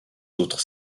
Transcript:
autres